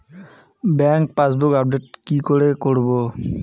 Bank passbook update কি করে করবো?